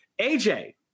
AJ